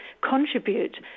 contribute